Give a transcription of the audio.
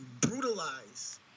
brutalize